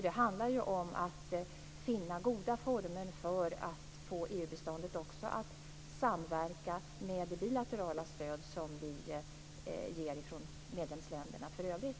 Det handlar om att finna goda former för att också få EU-biståndet att samverka med det bilaterala stöd och bistånd som vi ger från medlemsländerna för övrigt.